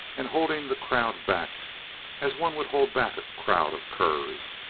and holding the crowd back as one would hold back a crowd of curs.